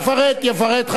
יפרט.